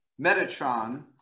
Metatron